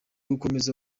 gukomeza